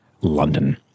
London